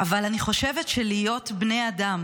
אבל אני חושבת שלהיות בני אדם